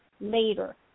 later